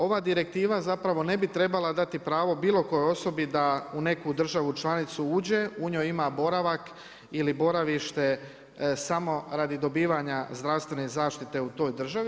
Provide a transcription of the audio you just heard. Ova direktiva zapravo ne bi trebala dati pravo bilo kojoj osobi da u neku državu članicu uđe, u njoj ima boravak ili boravište samo radi dobivanja zdravstvene zaštite u toj državi.